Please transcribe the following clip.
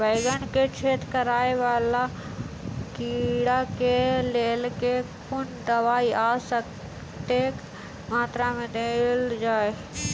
बैंगन मे छेद कराए वला कीड़ा केँ लेल केँ कुन दवाई आ कतेक मात्रा मे देल जाए?